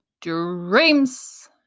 dreams